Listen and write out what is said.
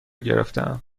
گرفتهام